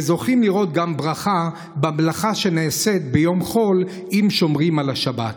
וזוכים לראות גם ברכה במלאכה שנעשית ביום חול אם שומרים על השבת.